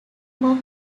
more